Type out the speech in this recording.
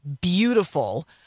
beautiful